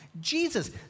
Jesus